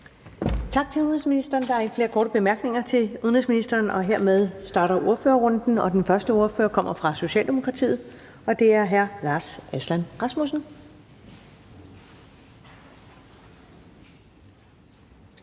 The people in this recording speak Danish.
Tak til udenrigsministeren. Der er ikke flere korte bemærkninger til udenrigsministeren. Hermed starter ordførerrunden, og den første ordfører kommer fra Socialdemokratiet, og det er hr. Lars Aslan Rasmussen.